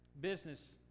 business